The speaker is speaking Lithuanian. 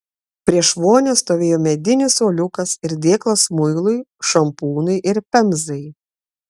prieš vonią stovėjo medinis suoliukas ir dėklas muilui šampūnui ir pemzai